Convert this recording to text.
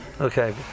Okay